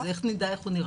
אז איך נדע איך הוא נראה?